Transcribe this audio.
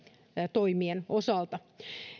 toimien osalta